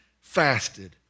fasted